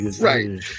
Right